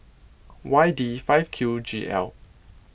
Y D five Q G L